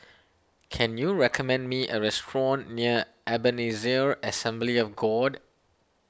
can you recommend me a restaurant near Ebenezer Assembly of God